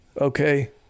Okay